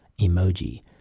emoji